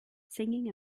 singing